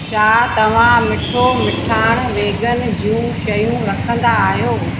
छा तव्हां मिठो मिठाण वीगन जूं शयूं रखंदा आहियो